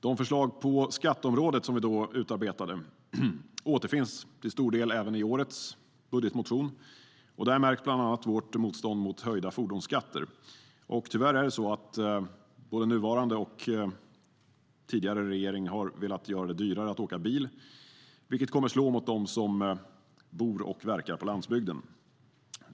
De förslag på skatteområdet som vi då utarbetade återfinns till stor del även i årets budgetmotion. Där märks bland annat vårt motstånd mot höjda fordonsskatter. Tyvärr har både nuvarande och tidigare regering velat göra det dyrare att åka bil, vilket slår mot dem som bor och verkar på landsbygden.